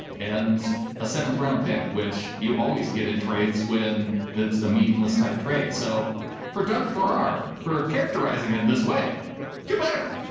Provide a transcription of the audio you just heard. and a seventh round pick, which you always get in trades when it's a meaningless type trade. so for doug farrar for characterizing it, and this way do adam better.